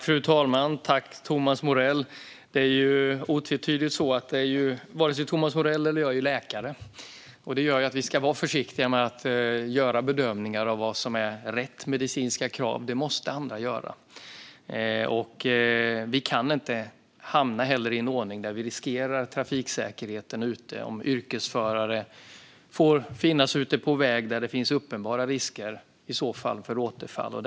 Fru talman! Tack, Thomas Morell! Det är otvetydigt så att varken Thomas Morell eller jag är läkare, och det gör att vi ska vara försiktiga med bedömningar av vad som är rätt medicinska krav. De bedömningarna måste andra göra. Vi kan inte heller hamna i en ordning där vi riskerar trafiksäkerheten om yrkesförare med uppenbara risker för återfall får finnas ute på väg.